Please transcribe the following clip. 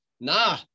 nah